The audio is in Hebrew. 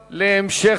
אסבסט,